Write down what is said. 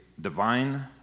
Divine